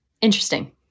Interesting